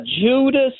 Judas